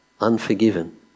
unforgiven